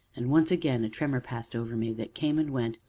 and once again a tremor passed over me, that came and went,